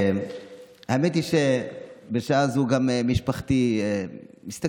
האמת היא שבשעה זו גם בני משפחתי יושבים,